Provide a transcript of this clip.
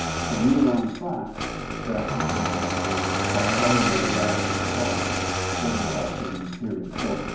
so we are on track to actually save taxpayers about seventy million dollars in costs over about a thirty year period. so,